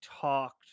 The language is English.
talked